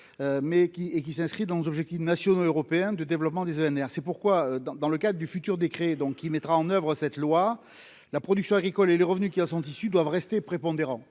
est, qui s'inscrit dans les objectifs nationaux et européens de développement des ENR c'est pourquoi dans dans le cadre du futur décret donc qui mettra en oeuvre cette loi, la production agricole et les revenus qui a son tissu doivent rester prépondérant,